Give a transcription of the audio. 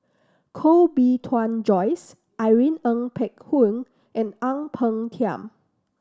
Koh Bee Tuan Joyce Irene Ng Phek Hoong and Ang Peng Tiam